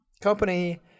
Company